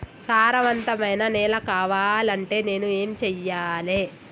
సారవంతమైన నేల కావాలంటే నేను ఏం చెయ్యాలే?